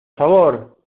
favor